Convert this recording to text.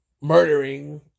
murdering